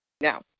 Now